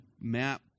map